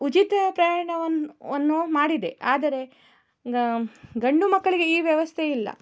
ಉಚಿತ ಪ್ರಯಾಣವನ್ನು ವನ್ನು ಮಾಡಿದೆ ಆದರೆ ಗಂಡು ಮಕ್ಕಳಿಗೆ ಈ ವ್ಯವಸ್ಥೆ ಇಲ್ಲ